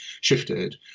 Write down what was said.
shifted